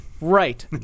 Right